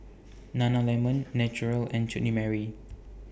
Nana Lemon Naturel and Chutney Mary